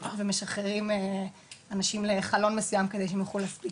ומשחררים אנשים לחלון מסויים כדי שהם יוכלו להספיק.